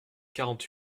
quarante